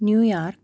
New York